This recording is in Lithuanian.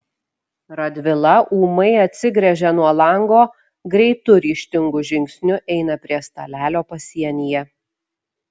radvila ūmai atsigręžia nuo lango greitu ryžtingu žingsniu eina prie stalelio pasienyje